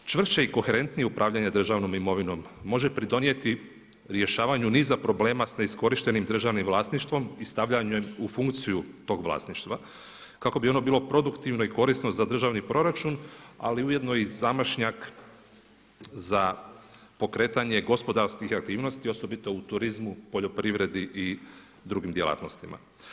Čvršće i koherentnije upravljanje državnom imovinom može pridonijeti rješavanju niza problema s neiskorištenim državnim vlasništvom i stavljanjem u funkciju tog vlasništva kako bi ono bilo produktivno i korisno za državni proračun, ali ujedno i zamašnjak za pokretanje gospodarskih aktivnosti osobito u turizmu, poljoprivredi i drugim djelatnostima.